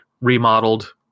remodeled